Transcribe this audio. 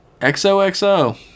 XOXO